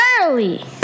early